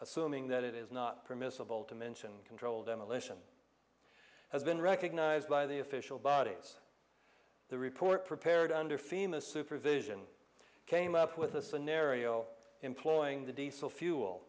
assuming that it is not permissible to mention controlled demolition has been recognized by the official bodies the report prepared under fema supervision came up with a scenario employing the diesel fuel